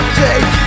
take